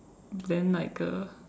then like uh